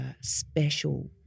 special